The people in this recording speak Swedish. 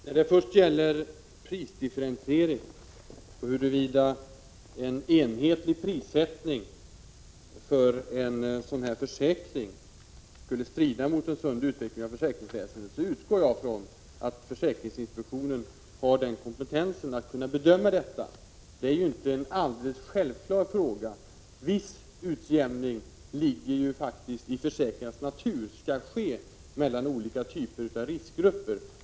Herr talman! Jag utgår från att försäkringsinspektionen har kompetensen att bedöma frågan om prisdifferentiering och huruvida en enhetlig prissättning skulle motverka en sund utveckling i försäkringsväsendet. Det är ju inte en alldeles självklar fråga. Att en viss utjämning mellan olika typer av riskgrupper skall ske ligger faktiskt i försäkringars natur.